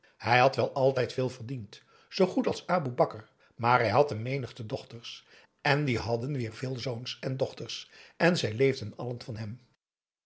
hij had wel altijd veel verdiend zoo goed als aboe bakar maar hij had een menigte dochters en die aum boe akar eel hadden weer veel zoons en dochters en zij leefden allen van hem